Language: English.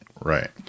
Right